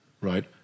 right